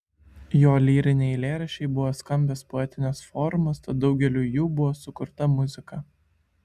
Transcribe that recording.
jo lyriniai eilėraščiai buvo skambios poetinės formos tad daugeliui jų buvo sukurta muzika